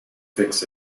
fix